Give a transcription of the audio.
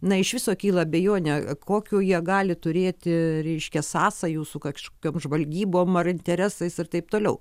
na iš viso kyla abejonių kokių jie gali turėti ryškią sąsajų su kažkokiom žvalgybom ar interesais ir taip toliau